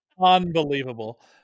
unbelievable